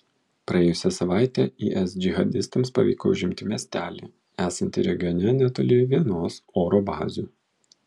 praėjusią savaitę is džihadistams pavyko užimti miestelį esantį regione netoli vienos oro bazių